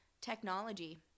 technology